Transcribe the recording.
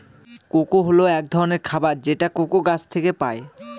cocoa হল এক ধরনের খাবার যেটা কোকো গাছ থেকে পায়